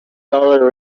dollar